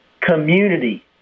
community